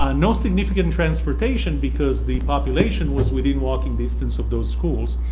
ah no significant transportation because the population was within walking distance of those schools.